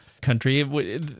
country